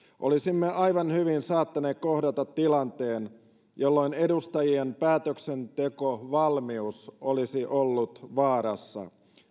olisimme aivan hyvin saattaneet kohdata tilanteen jolloin edustajien päätöksentekovalmius olisi ollut vaarassa